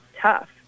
tough